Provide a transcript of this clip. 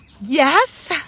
Yes